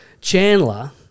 Chandler